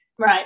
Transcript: Right